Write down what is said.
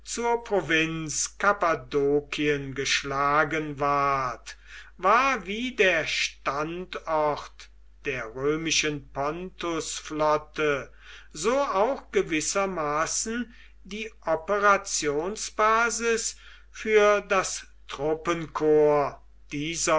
zur provinz kappadokien geschlagen ward war wie der standort der römischen pontusflotte so auch gewissermaßen die operationsbasis für das truppenkorps dieser